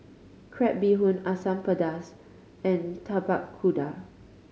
crab bee hoon Asam Pedas and Tapak Kuda